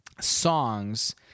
songs